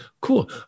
Cool